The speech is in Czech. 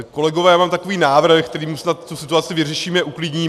Kolegové, já mám takový návrh, kterým snad tu situaci vyřešíme, uklidníme.